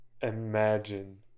imagine